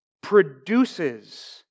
produces